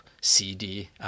CD